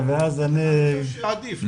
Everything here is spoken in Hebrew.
סעדי,